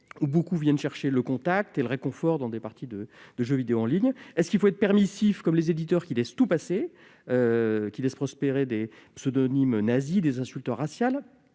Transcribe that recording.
-qui viennent chercher le contact et le réconfort lors de parties de jeux vidéo en ligne. Au contraire, faut-il être permissif, comme les éditeurs qui laissent tout passer et prospérer des pseudonymes nazis et des insultes raciales ?